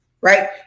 right